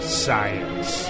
science